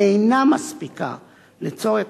אינה מספיקה לצורך